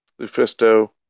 Lufisto